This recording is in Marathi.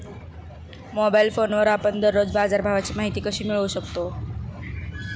मोबाइल फोनवर आपण दररोज बाजारभावाची माहिती कशी मिळवू शकतो?